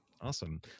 Awesome